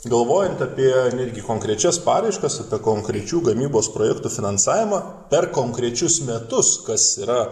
galvojant apie netgi konkrečias paraiškas apie konkrečių gamybos projektų finansavimą per konkrečius metus kas yra